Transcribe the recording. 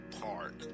park